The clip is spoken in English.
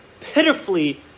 pitifully